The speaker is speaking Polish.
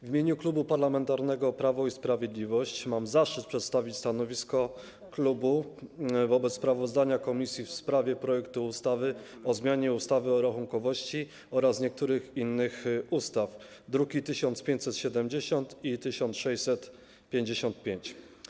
W imieniu Klubu Parlamentarnego Prawo i Sprawiedliwość mam zaszczyt przedstawić stanowisko klubu wobec sprawozdania komisji w sprawie projektu ustawy o zmianie ustawy o rachunkowości oraz niektórych innych ustaw, druki nr 1570 i 1655.